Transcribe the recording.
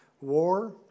war